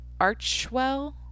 Archwell